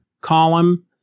column